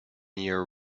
year